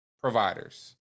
providers